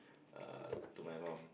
uh to my mum